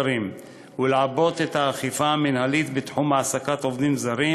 זרים ולעבות את האכיפה המינהלית בתחום העסקת עובדים זרים,